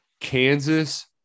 Kansas